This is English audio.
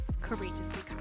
courageously